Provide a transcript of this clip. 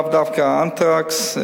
לאו דווקא האנתרקס,